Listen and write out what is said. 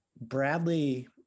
Bradley